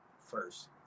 first